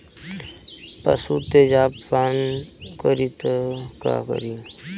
पशु तेजाब पान करी त का करी?